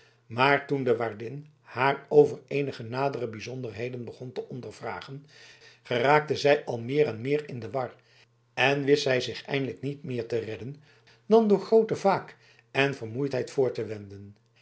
maar toen de waardin haar over eenige nadere bijzonderheden begon te ondervragen geraakte zij al meer en meer in de war en wist zich eindelijk niet meer te redden dan door grooten vaak en vermoeidheid voor te wenden